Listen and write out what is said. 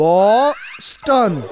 BOSTON